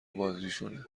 بازیشونه